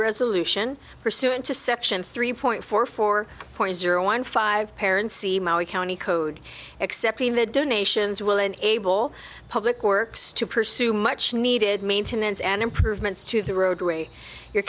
resolution pursuant to section three point four four point zero one five parents the maui county code excepting the donations will enable public works to pursue much needed maintenance and improvements to the roadway your